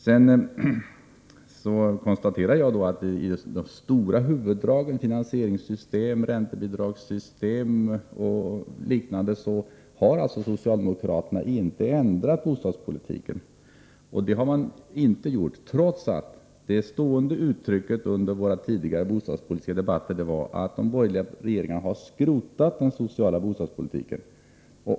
Sedan konstaterar jag att i de stora huvuddragen — finansieringssystem, räntebidragssystem och liknande — har socialdemokraterna alltså inte ändrat bostadspolitiken. Detta har man inte gjort trots att det stående uttrycket under våra tidigare bostadspolitiska debatter var att de borgerliga regeringarna hade skrotat den sociala bostadspolitiken.